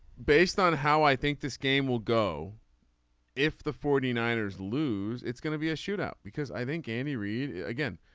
based on how i think this game will go if the forty nine ers lose it's gonna be a shootout because i think any read again